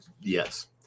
Yes